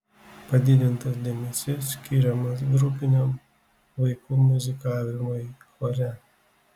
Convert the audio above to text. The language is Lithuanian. padidintas dėmesys skiriamas grupiniam vaikų muzikavimui chore